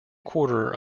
quarter